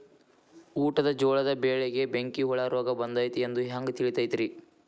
ಊಟದ ಜೋಳದ ಬೆಳೆಗೆ ಬೆಂಕಿ ಹುಳ ರೋಗ ಬಂದೈತಿ ಎಂದು ಹ್ಯಾಂಗ ತಿಳಿತೈತರೇ?